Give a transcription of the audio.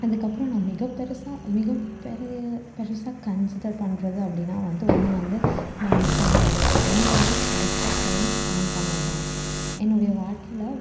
அதுக்கப்புறோம் நான் மிக பெருசாக மிக பெரிய பெருசாக கன்சிடர் பண்ணுறது அப்படினா வந்து ஒன்று வந்து நான் மிச்சவங்ளோடைய அன்பையும் ரெஸ்பெக்ட்டையும் ஏர்ன் பண்ணது தான் என்னுடைய வாழ்க்கையில்